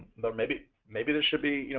or maybe maybe this should be, you know